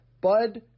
Bud